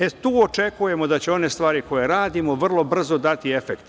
E, tu očekujemo da će one stvari koje radimo vrlo brzo dati efekta.